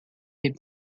des